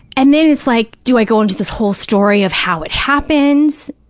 and then it's like, do i go into this whole story of how it happened?